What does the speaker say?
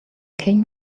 came